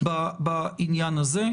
בעניין הזה.